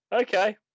Okay